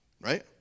right